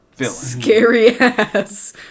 scary-ass